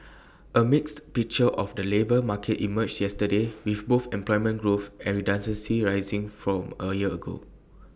A mixed picture of the labour market emerged yesterday with both employment growth and redundancies rising from A year ago